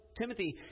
Timothy